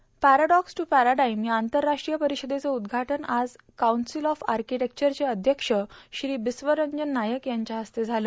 paradox to paradigm या आंतरराष्ट्रीय परिषदेचं उद्घाटन आज काउंसिल ऑफ आकिटिक्चर चे अध्यक्ष श्री बिस्वरंजन नायक यांच्या हस्ते झालं